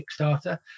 Kickstarter